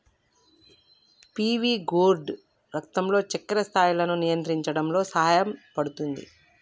PV gourd రక్తంలో చక్కెర స్థాయిలను నియంత్రించడంలో సహాయపుతుంది